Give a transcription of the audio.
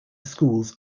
schools